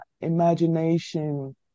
imagination